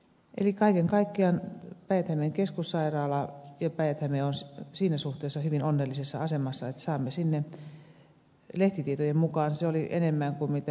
eli kaiken kaikkiaan päijät hämeen keskussairaala ja päijät häme ovat siinä suhteessa hyvin onnellisessa asemassa että saamme sinne lehtitietojen mukaan enemmän kuin ed